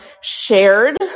shared